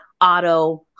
auto